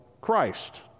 Christ